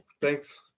Thanks